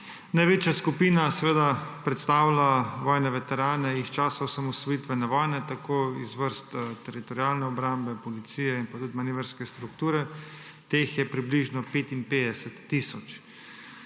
Največja skupina predstavlja vojne veterane iz časa osamosvojitvene vojne tako iz vrst Teritorialne obrambe, Policije in pa tudi Manevrske strukture. Teh je približno 55 tisoč.